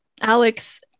Alex